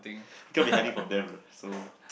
can't be hiding from them right so